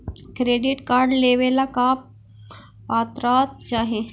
Credit card लेवेला का पात्रता चाही?